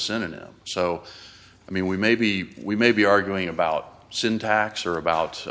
synonym so i mean we may be we may be arguing about syntax or about